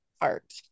Art